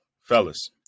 fellas